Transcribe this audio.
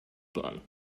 bahn